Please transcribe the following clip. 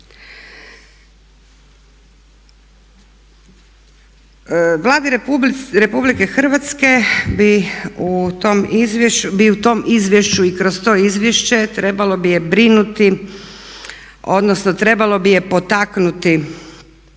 Vladi RH bi u tom izvješću i kroz to izvješće trebalo bi je brinuti, odnosno trebalo bi je potaknuti